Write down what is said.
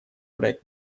проект